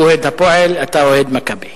הוא אוהד "הפועל", ואתה אוהד "מכבי".